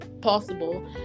possible